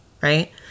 right